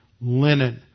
linen